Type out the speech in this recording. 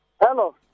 Hello